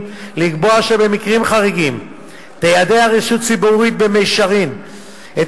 לקבוע שבמקרים חריגים תיידע רשות ציבורית במישרין את